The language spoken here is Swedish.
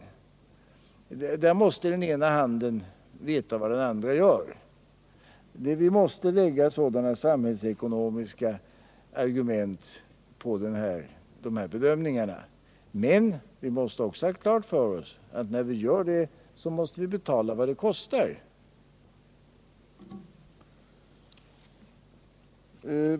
Den ena handen måste veta vad den andra gör. Vi måste väga in sådana samhällsekonomiska argument vid dessa bedömningar. Men vi måste då ha klart för oss att det kostar pengar, och att vi får betala vad det kostar.